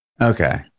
Okay